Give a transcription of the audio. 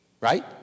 right